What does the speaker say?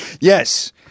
yes